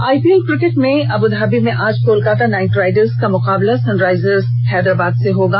IPL cricket में Abu Dhabi आज Kolkata Knight Riders का मुकाबला सनराइजर्स हैदराबाद से होगा